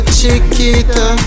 Chiquita